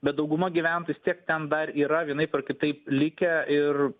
bet dauguma gyventojų vis tiek ten dar yra vienaip ar kitaip likę ir